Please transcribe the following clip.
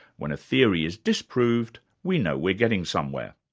when a theory is disproved, we know we're getting somewhere.